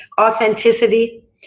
Authenticity